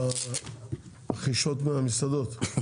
ברכישות ממסעדות?